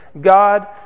God